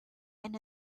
and